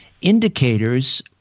indicators